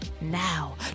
now